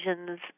visions